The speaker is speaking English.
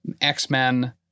X-Men